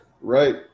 Right